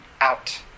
out